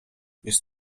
jest